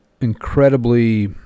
incredibly